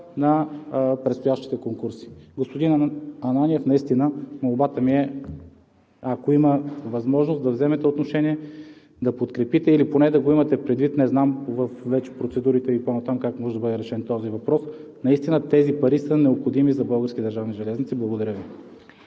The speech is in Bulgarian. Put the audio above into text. на предстоящите конкурси. Господин Ананиев, молбата ми е наистина, ако има възможност, да вземете отношение, да подкрепите или поне да го имате предвид, не знам вече в процедурите Ви по-нататък как може да бъде решен този въпрос. Наистина тези пари са необходими за "Български държавни железници". Благодаря.